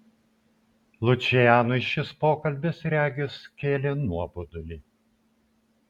lučianui šis pokalbis regis kėlė nuobodulį